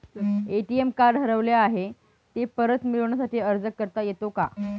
ATM card हरवले आहे, ते परत मिळण्यासाठी अर्ज करता येतो का?